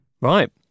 Right